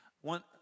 One